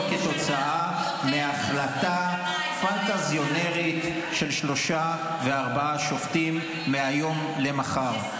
ולא כתוצאה מהחלטה פנטזיונרית של שלושה וארבעה שופטים מהיום למחר.